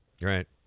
Right